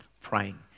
praying